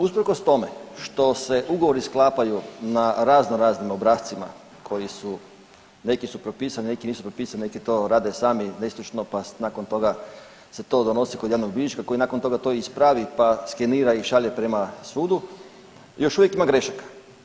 Usprkos tome što se ugovori sklapaju na razno raznim obrascima koji su neki su propisani, neki nisu propisani, neki to rade sami nestručno, pa nakon toga se to donosi kod javnog bilježnika koji nakon toga to ispravi pa skenira pa šalje prema sudu, još uvijek ima grešaka.